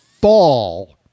fall